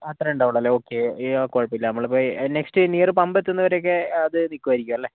അത്രേ ഉണ്ടാവുള്ളൂല്ലേ ഒക്കെ കുഴപ്പമില്ല നമ്മൾ ഇപ്പോൾ നെക്സ്റ്റ് നിയറ് പമ്പെത്തുന്ന വരെയ്ക്ക് അത് നിക്കുവായിരിക്കുമല്ലേ